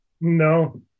No